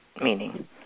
meaning